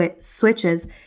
switches